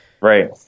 Right